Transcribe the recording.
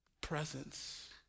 presence